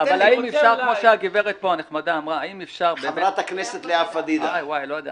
כפי שחברת הכנסת לאה פדידה אמרה, האם מתוך